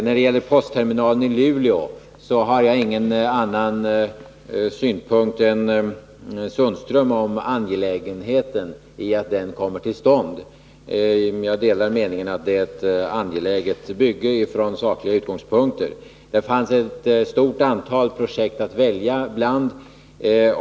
Beträffande postterminalen i Luleå har jag ingen annan synpunkt än Sten-Ove Sundström när det gäller angelägenheten av att denna kommer till stånd. Jag delar meningen att det, från sakliga utgångspunkter, är ett angeläget bygge. Det fanns ett stort antal projekt att välja bland.